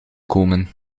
komen